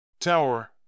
Tower